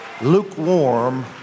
lukewarm